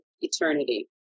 eternity